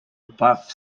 above